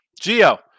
Geo